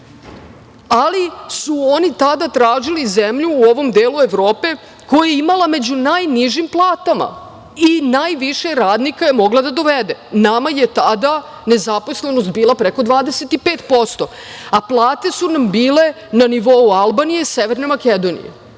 ali su oni tada tražili zemlju u ovom delu Evrope koja je imala najniže plate i najviše radnika mogla je da dovede. Nama je tada nezaposlenost bila preko 25%, a plate su nam bile na nivou Albanije, Severne Makedonije. Vi